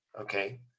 Okay